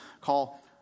call